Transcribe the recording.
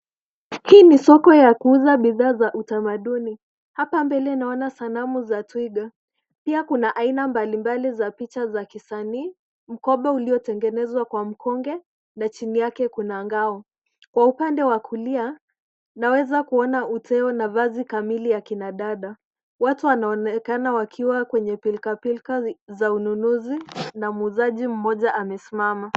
Hii ni soko ya kuuza bidhaa za utamaduni. Hapa mbele naona sanamu za twiga. Pia kuna aina mbalimbali za picha za kisanii, mkoba uliotengenezwa kwa mkonge na chini yake kuna ngao. Kwa upande wa kulia, naweza kuona uteo na vazi kamili ya kina dada. Watu wanaonekana wakiwa kwenye pilka pilka za ununuzi na muuzaji mmoja amesimama.